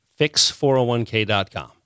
fix401k.com